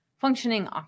functioning